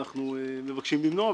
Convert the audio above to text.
אנחנו מבקשים למנוע.